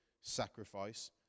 sacrifice